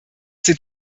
sind